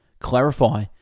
Clarify